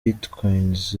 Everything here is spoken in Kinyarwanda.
bitcoins